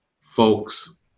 folks